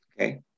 Okay